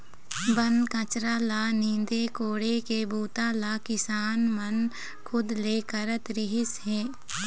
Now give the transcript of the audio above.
बन कचरा ल नींदे कोड़े के बूता ल किसान मन खुद ले करत रिहिस हे